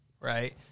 right